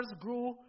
grew